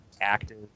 active